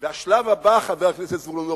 והשלב הבא, חבר הכנסת זבולון אורלב,